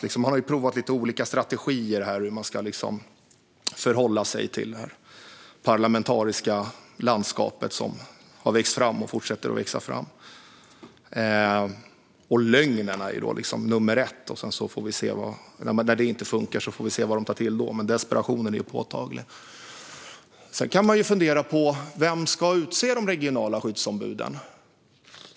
De har ju provat lite olika strategier för hur de ska förhålla sig till det parlamentariska landskap som har vuxit fram och fortsätter att växa fram. Lögnen är då nummer ett. När det inte funkar får vi se vad de tar till. Desperationen är påtaglig. Sedan kan man fundera på vem som ska utse de regionala skyddsombuden.